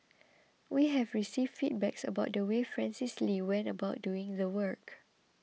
we have received feedbacks about the way Francis Lee went about doing the work